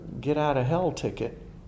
get-out-of-hell-ticket